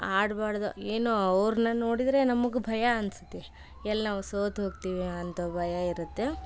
ಆಡಬಾರ್ದು ಏನೋ ಅವ್ರನ್ನ ನೋಡಿದರೆ ನಮ್ಗೆ ಭಯ ಅನಿಸುತ್ತೆ ಎಲ್ಲಿ ನಾವು ಸೋತು ಹೋಗ್ತೀವಿ ಅಂತ ಭಯ ಇರುತ್ತೆ